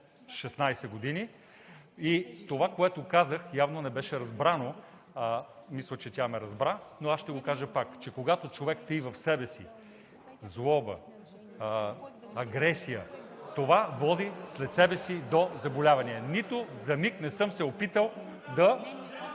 16 години, и това, което казах, явно не беше разбрано. Мисля, че тя ме разбра, но аз ще го кажа пак: когато човек таи в себе си злоба, агресия, това води след себе си до заболявания. Нито за миг не съм се опитал да…